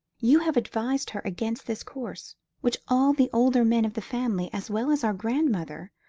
you have advised her against this course, which all the older men of the family, as well as our grandmother,